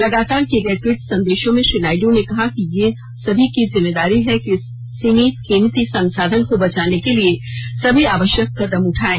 लगातार किए गए टवीट संदेशों में श्री नायड् ने कहा कि यह सभी जिम्मेदारी है कि इस सीमित कीमती संसाधन को बचाने के लिए सभी आवश्यक कदम उठाएं